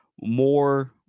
more